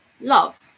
love